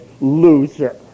loser